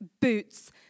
boots